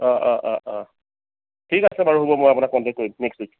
অঁ অঁ অঁ অঁ ঠিক আছে বাৰু হ'ব মই আপোনাক কন্টেক্ট কৰিম নেক্সট উইক